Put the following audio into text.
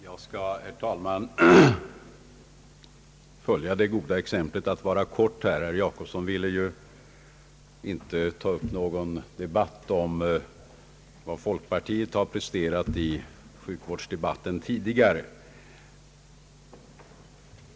Herr talman! Jag skall söka följa det goda exemplet att vara kortfattad. Herr Per Jacobsson ville inte ta upp någon diskussion om vad folkpartiet presterat i sjukvårdsdebatten tidigare.